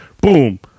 boom